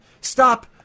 stop